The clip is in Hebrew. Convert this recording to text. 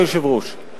אדוני היושב-ראש,